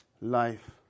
life